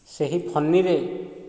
ସେହି ଫନିରେ